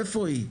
איפה היא?